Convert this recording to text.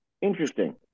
interesting